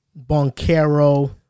Boncaro